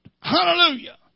Hallelujah